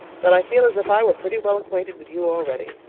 that i feel as if i were pretty well acquainted with you already.